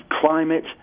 climate